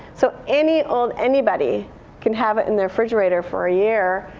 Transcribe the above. so, any old anybody can have it in their refrigerator for a year.